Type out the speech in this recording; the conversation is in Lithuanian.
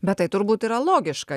bet tai turbūt yra logiška